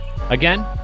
Again